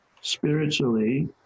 spiritually